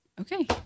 Okay